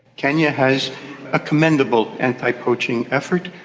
kenya has a commendable anti-poaching effort.